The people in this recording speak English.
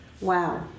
Wow